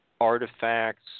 artifacts